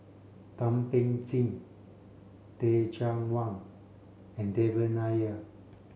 Thum Ping Tjin Teh Cheang Wan and Devan Nair